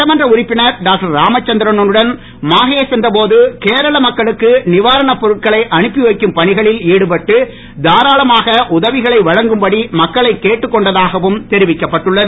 சட்டமன்ற உறுப்பினர் டாக்டர் ராமச்சந்திரனுடன் மாஹே சென்ற போது கேரள மக்களுக்கு நிவாரணப் பொருட்களை அனுப்பி வைக்கும் பணிகளில் ஈடுபட்டு தாராளுமன் உதவிகளை வழங்கும் படி மக்களை கேட்டுக் கொண்டதாகவும் தெரிவிக்கப்பட்டுள்ளது